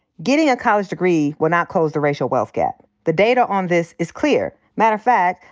getting a college degree will not close the racial wealth gap. the data on this is clear. matter of fact,